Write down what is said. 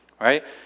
Right